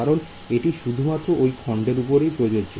কারণ এটি শুধুমাত্র ওই খন্ডের উপরে প্রযোজ্য